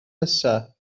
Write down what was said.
nesaf